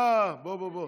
אה, בוא.